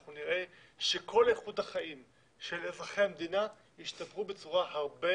אנחנו נראה שכל איכות החיים של אזרחי המדינה ישתפרו בצורה הרבה